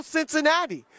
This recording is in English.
Cincinnati